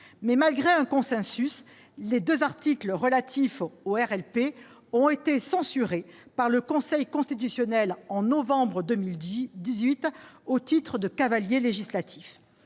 malgré un consensus, les deux articles relatifs aux RLP ont été censurés par le Conseil constitutionnel en novembre 2018, qui les a considérés